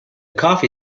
coffee